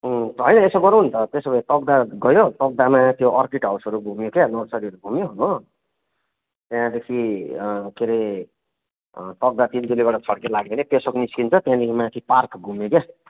होइन यसो गरौँ न त त्यसो भए तक्दाह गयो तक्दाहमा त्यो अर्किड हाउसहरू घुम्यो क्या नर्सरीहरू घुम्यो हो त्याँदेखि के अरे तक्दाह तिनचुलेबाट छड्के लाग्यो भने पेशोक निस्किन्छ त्यहाँदेखि माथि पार्क घुम्यो क्या